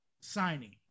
signing